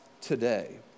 today